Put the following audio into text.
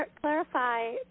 Clarify